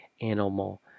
animal